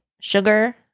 Sugar